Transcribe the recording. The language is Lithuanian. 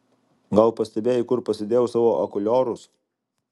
gal pastebėjai kur pasidėjau savo akuliorus